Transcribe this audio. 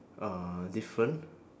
uh different